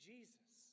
Jesus